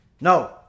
No